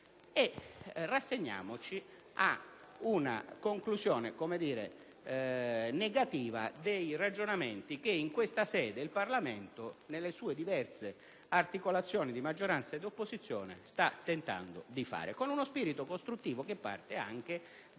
rassegnarci ad una conclusione negativa dei ragionamenti che in questa sede il Parlamento, nelle sue diverse articolazioni di maggioranza ed opposizione, sta tentando di fare, in uno spirito costruttivo che parte anche